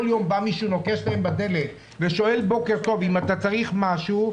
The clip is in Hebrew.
יום מישהו נוקש להם בדלת ושואל אם הם צריכים משהו,